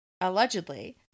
Allegedly